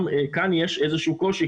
כאן יש איזה שהוא קושי,